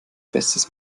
bestes